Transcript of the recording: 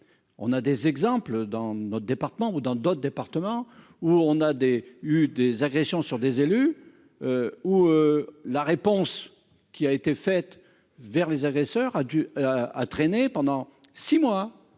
on a des exemples dans notre département ou dans d'autres départements où on a des eu des agressions sur des élus ou la réponse qui a été fait, vers les agresseurs, a dû a traîné pendant 6 mois,